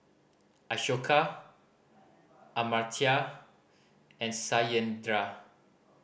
Ashoka Amartya and Satyendra